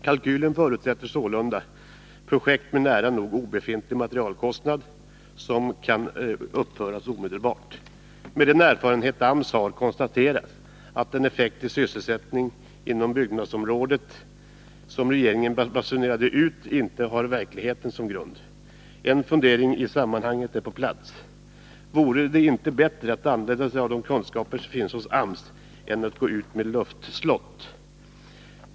Kalkylen förutsätter sålunda projekt med nära nog obefintlig materialkostnad, som kan uppföras omedelbart.” Med den erfarenhet AMS har konstateras att den effekt på sysselsättningen inom byggnadsområdet som regeringen basunerade ut inte har verkligheten som grund. En fundering i sammanhanget är på sin plats: Vore det inte bättre att använda sig av de kunskaper som finns hos AMS än att bygga luftslott?